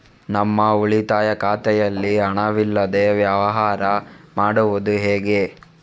ನಮ್ಮ ಉಳಿತಾಯ ಖಾತೆಯಲ್ಲಿ ಹಣವಿಲ್ಲದೇ ವ್ಯವಹಾರ ಮಾಡುವುದು ಹೇಗೆ?